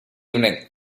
evening